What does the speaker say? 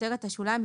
בכותרת השוליים,